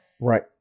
Right